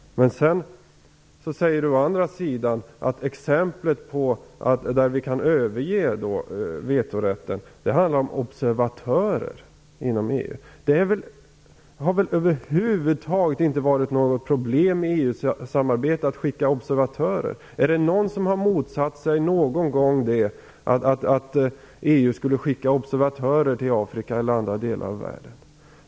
Hon säger å andra sidan att exempel på områden där vi kan överge vetorätten är observatörerna inom EU. Att skicka observatörer har väl över huvud taget inte varit något problem i EU-samarbetet? Har någon någon gång motsatt sig att EU skulle skicka observatörer till Afrika eller andra delar av världen?